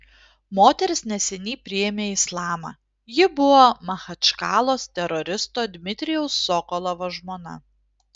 moteris neseniai priėmė islamą ji buvo machačkalos teroristo dmitrijaus sokolovo žmona